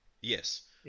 yes